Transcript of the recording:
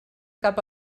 cap